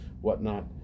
whatnot